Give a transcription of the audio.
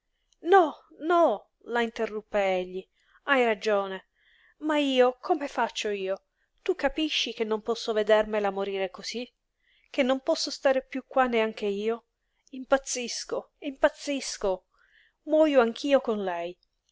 no no la interruppe egli hai ragione ma io come faccio io tu capisci che non posso vedermela morire cosí che non posso stare piú qua neanche io impazzisco impazzisco muojo anch'io con lei